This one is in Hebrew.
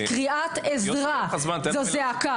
זו קריאת עזרה, זו זעקה.